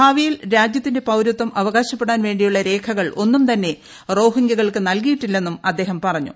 ഭാവിയിൽ രാജൃത്തിന്റെ പൌരത്വം അവകാശപ്പെടാൻ വേണ്ടിയുള്ള രേഖകൾ ഒന്നും തന്നെ റോഹിംഗ്യകൾക്ക് നൽകിയിട്ടില്ലെന്നും അദ്ദേഹം പറഞ്ഞു